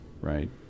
Right